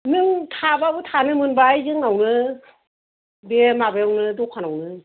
नों थाबाबो थानो मोनबाय जोंनावनो बे माबायावनो दखानयावनो